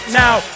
now